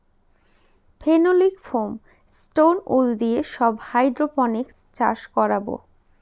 phenolic foam, stone wool দিয়ে সব hydroponics চাষ করাবো